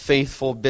Faithful